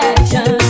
Action